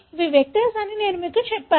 ఇవి వెక్టర్స్ అని నేను మీకు చెప్పాను